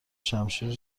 شمشیر